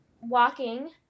walking